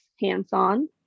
hands-on